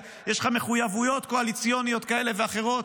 ויש לך מחויבויות קואליציוניות כאלה ואחרות.